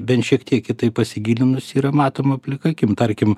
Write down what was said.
bent šiek tiek į tai pasigilinus yra matoma plika akim tarkim